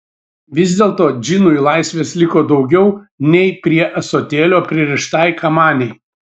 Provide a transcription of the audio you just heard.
vis dėlto džinui laisvės liko daugiau nei prie ąsotėlio pririštai kamanei